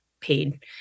paid